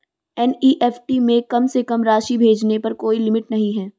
NEFT में कम से कम राशि भेजने पर कोई लिमिट नहीं है